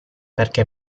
perché